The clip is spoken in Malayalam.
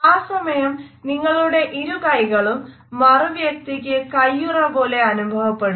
ആ സമയം നിങ്ങളുടെ ഇരു കൈകളും മറു വ്യക്തിക്ക് കൈയ്യുറപോലെ അനുഭവപ്പെടുന്നു